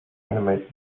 animated